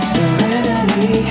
Serenity